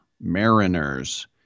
Mariners